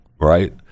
right